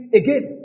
again